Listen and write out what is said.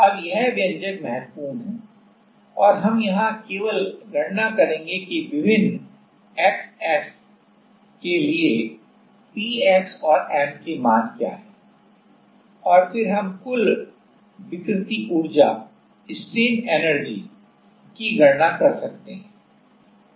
अब यह व्यंजक महत्वपूर्ण है और हम यहां केवल गणना करेंगे कि विभिन्न xs के लिए P x और M के मान क्या हैं और फिर हम कुल विकृति ऊर्जा की गणना कर सकते हैं